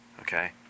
Okay